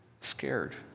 scared